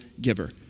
giver